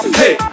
hey